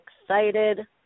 excited